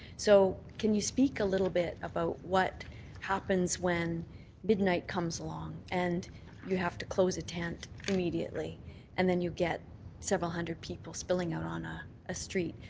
so can you speak a little bit about what happens when midnight comes along and you have to close a tent immediately and then you get several hundred people spilling out on ah a street,